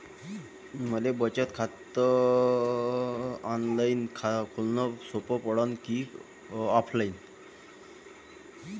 मले बचत खात ऑनलाईन खोलन सोपं पडन की ऑफलाईन?